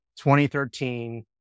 2013